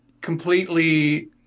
completely